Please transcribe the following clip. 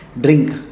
drink